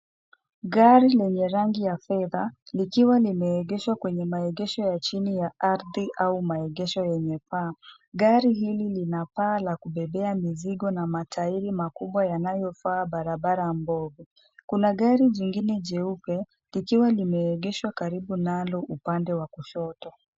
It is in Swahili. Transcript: Gari lenye rangi ya fedha likiwa limeegeshwa kwenye maegesho ya chini ya ardhi au maegesho yenye paa. Gari hili lina paa la kubebea mizigo na matairi makubwa yanayofaa barabara mbovu. Kuna gari jingine jeupe likiwa limeegeshwa karibu nalo upande wa kushoto.